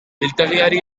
biltegiari